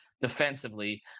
defensively